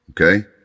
okay